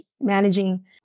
managing